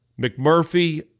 McMurphy